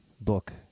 book